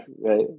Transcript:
Right